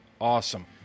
awesome